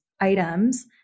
items